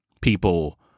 people